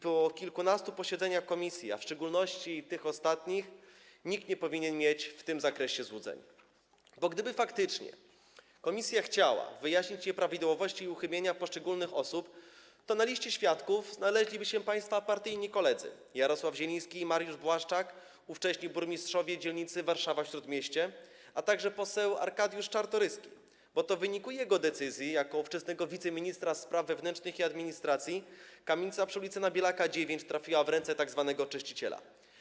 Po kilkunastu posiedzeniach komisji, a w szczególności ostatnich, nikt nie powinien mieć w tym zakresie złudzeń, bo gdyby faktycznie komisja chciała wyjaśnić nieprawidłowości i uchybienia poszczególnych osób, to na liście świadków znaleźliby się państwa partyjni koledzy: Jarosław Zieliński i Mariusz Błaszczak, ówcześni burmistrzowie dzielnicy Warszawa-Śródmieście, a także poseł Arkadiusz Czartoryski, bo to w wyniku jego decyzji jako ówczesnego wiceministra spraw wewnętrznych i administracji kamienica przy ul. Nabielaka 9 trafiła w ręce tzw. czyściciela.